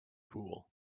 pool